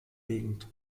gegend